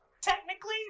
technically